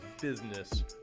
Business